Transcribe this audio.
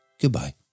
Goodbye